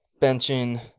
Benching